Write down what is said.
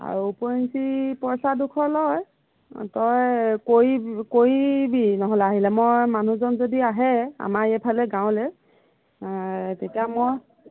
আৰু উপৰঞ্চি পইচা দুশ লয় অঁ তই কৰি কৰিবি নহ'লে আহিলে মই মানুহজন যদি আহে আমাৰ এইফালে গাঁৱলৈ তেতিয়া মই